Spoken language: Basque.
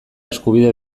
eskubide